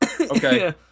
Okay